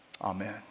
Amen